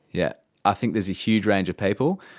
yeah i think there's a huge range of people.